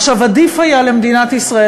עדיף היה למדינת ישראל,